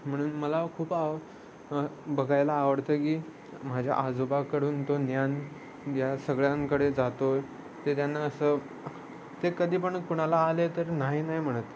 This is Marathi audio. म्हणून मला खूप आव बघायला आवडतं की माझ्या आजोबाकडून तो ज्ञान या सगळ्यांकडे जातो आहे ते त्यांना असं ते कधी पण कुणाला आले तर नाही नाही म्हणत